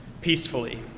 peacefully